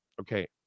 okay